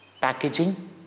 packaging